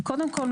קודם כל,